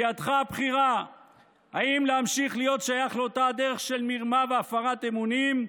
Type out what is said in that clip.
בידך הבחירה אם להמשיך להיות שייך לאותה דרך של מרמה והפרת אמונים,